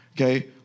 okay